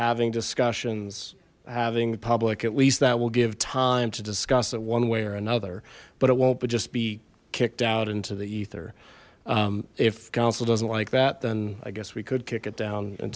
having discussions having public at least that will give time to discuss it one way or and but it won't but just be kicked out into the ether if council doesn't like that then i guess we could kick it down in